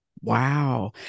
Wow